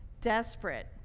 desperate